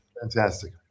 Fantastic